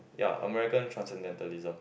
ya American Transcendentalism